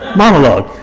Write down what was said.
monologue.